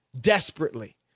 desperately